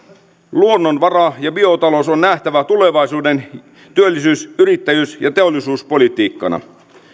luonnonvara ja biotalous on nähtävä tulevaisuuden työllisyys yrittäjyys ja teollisuuspolitiikkana